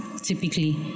typically